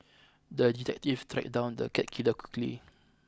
the detective tracked down the cat killer quickly